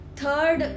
third